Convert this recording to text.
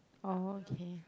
oh okay